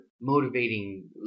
motivating